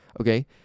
okay